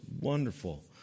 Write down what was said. wonderful